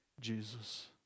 Jesus